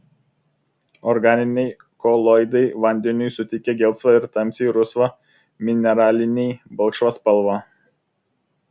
organiniai koloidai vandeniui suteikia gelsvą ir tamsiai rusvą mineraliniai balkšvą spalvą